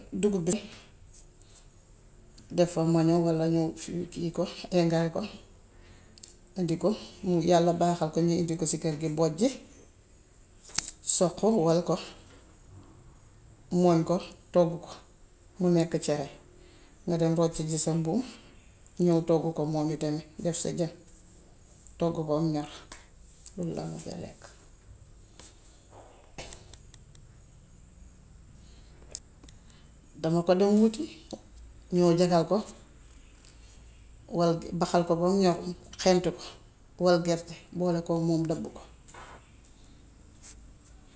Dugub bi, dafa man a walla ñu kii ko eengere ko, undi ko, yàlla baaxal ko ñu undi ko si kër gi bojji, soq, wol ko, mooñ ko, toggu ko mu nekk cere. Nga dem rocci ji sa mbuum ñów togg ko moom itamit def sa jën toggu ko bam ñor balaaŋ koo lekk. Dama ko doon wuti, ñów jegal ko wal baxal ko bam ñor, xeeñtu ko, wol gerte boole kook moom dëbb ko.